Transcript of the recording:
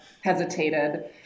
hesitated